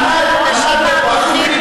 ענת ברקו,